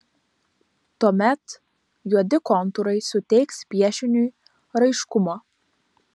tuomet juodi kontūrai suteiks piešiniui raiškumo